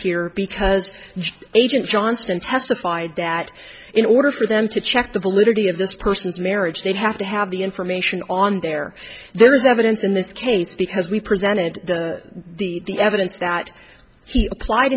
here because agent johnston testified that in order for them to check the validity of this person's marriage they'd have to have the information on there there is evidence in this case because we presented the evidence that he applied